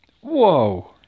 whoa